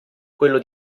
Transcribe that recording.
quello